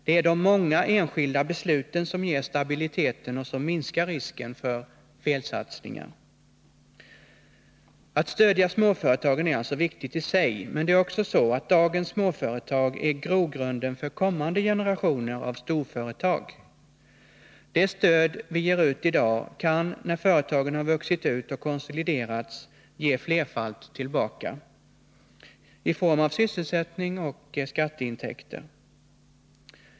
Det är de många, enskilda besluten som ger stabiliteten och som minskar risken för felsatsningar. Att stödja småföretagen är alltså viktigt i sig. Men det är också så att dagens småföretag är ”grogrunden” för kommande generationer av storföretag. Det stöd vi ger ut i dag kan, när företagen har vuxit ut och konsoliderats, ge flerfalt tillbaka i form av sysselsättning och skatteintäkter.